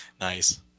Nice